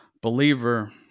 believer